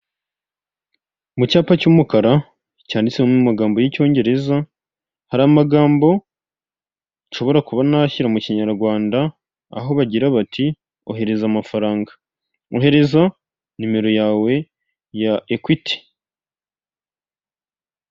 Mu cyapa cy'umukara cyanditsemo amagambo y'icyongereza, hari amagambo nshobora kuba nashyira mu kinyarwanda, aho bagira bati "ohereza amafaranga. Ohereza nimero yawe ya ekwiti".